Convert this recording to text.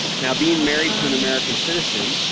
now, being married to an american citizen,